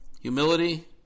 Humility